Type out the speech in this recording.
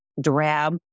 drab